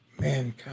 mankind